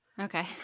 Okay